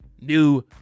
New